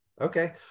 Okay